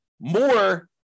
more